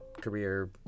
career